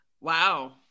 wow